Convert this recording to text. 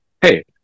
hey